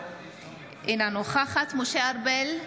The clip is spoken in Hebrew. אינה נוכחת משה ארבל,